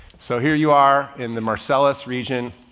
so here you are in the marcellus region,